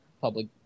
public